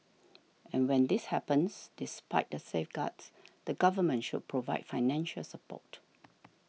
and when this happens despite the safeguards the Government should provide financial support